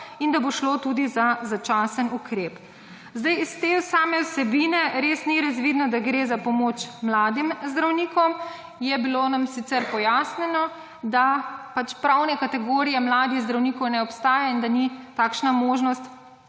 In da bo šlo tudi za začasen ukrep. Zdaj, iz te same vsebine res ni razvidno, da gre za pomoč mladim zdravnikom. Je bilo nam sicer pojasnjeno, da pač pravna kategorija mladih zdravnikov ne obstaja in da ni takšna možnost,